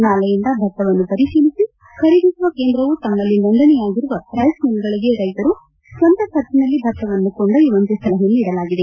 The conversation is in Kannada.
ನಾಲೆಯಿಂದ ಭತ್ತವನ್ನು ಪರಿಶೀಲಿಸಿ ಖರೀದಿಸುವ ಕೇಂದ್ರವು ತಮ್ಮಲ್ಲಿ ನೊಂದಣೆಯಾಗಿರುವ ರೈಸ್ಮಿಲ್ಗಳಿಗೆ ರೈತರು ಸ್ವಂತ ಖರ್ಚಿನಲ್ಲಿ ಭತ್ತವನ್ನು ಕೊಂಡೊಯ್ಯುವಂತೆ ಸಲಹೆ ನೀಡಲಾಗಿದೆ